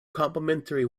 complimentary